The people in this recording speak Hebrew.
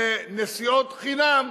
לנסיעות חינם,